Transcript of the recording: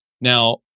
Now